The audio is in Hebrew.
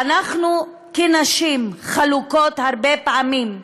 ואנחנו כנשים חלוקות הרבה פעמים בדעותינו,